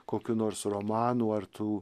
kokių nors romanų ar tų